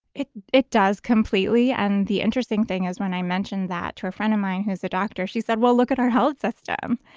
it it does completely. and the interesting thing is, when i mentioned that to a friend of mine who's a doctor, she said, well, look at our health system.